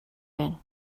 байна